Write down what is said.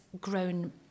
grown